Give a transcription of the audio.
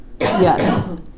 Yes